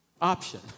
option